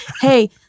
Hey